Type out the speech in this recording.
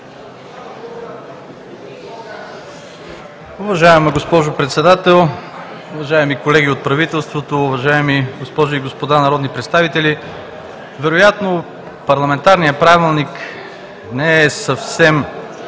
Уважаема госпожо Председател, уважаеми колеги от правителството, уважаеми госпожи и господа народни представители! Вероятно парламентарният правилник не е съвсем